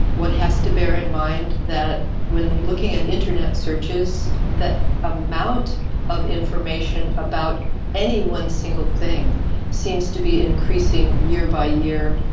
one has to bear in mind that when looking at internet searches, the amount of information about any one single thing seems to be increasing year by year,